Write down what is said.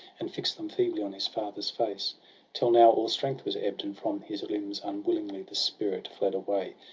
and fix'd them feebly on his father's face till now all strength was ebb'd, and from his limbs unwillingly the spirit fled away.